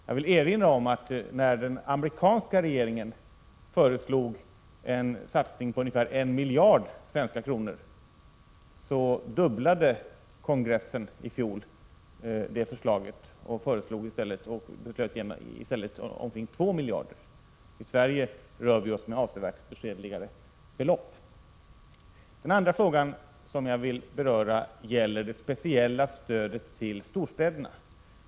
Jag vill erinra om att när den amerikanska regeringen föreslog en satsning på motsvarande ungefär 1 miljard svenska kronor dubblade kongressen i fjol det beloppet och föreslog i stället omkring 2 miljarder. I Sverige rör vi oss med avsevärt beskedligare belopp. Den andra frågan som jag vill beröra gäller det speciella stödet till storstäderna.